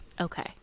okay